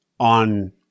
on